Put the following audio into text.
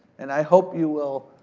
and i hope you will